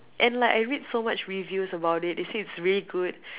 and like I read so much reviews about it they say it's really good